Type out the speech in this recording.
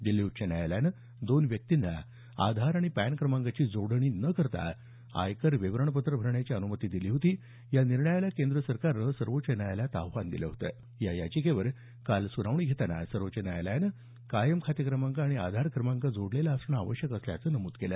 दिल्ली उच्च न्यायालयानं दोन व्यक्तींना आधार आणि पॅन क्रमांकांची जोडणी न करता आयकर विवरणपत्रं भरण्याची अनुमती दिली होती या निर्णयाला केंद्र सरकारनं सर्वोच्च न्यायालयात आव्हान दिलं होतं या याचिकेवर सुनावणी घेताना सर्वोच्च न्यायालयानं कायम खाते क्रमांक आणि आधार क्रमांक जोडलेला असणं आवश्यक असल्याचं नमूद केलं